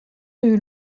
rue